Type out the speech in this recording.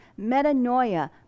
metanoia